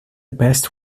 best